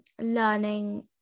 learning